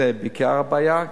זה עיקר הבעיה,